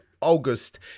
August